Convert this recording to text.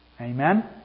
Amen